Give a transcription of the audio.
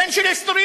בן של היסטוריון,